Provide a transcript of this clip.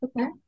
Okay